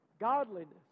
Godliness